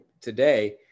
today